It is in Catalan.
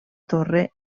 torre